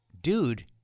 Dude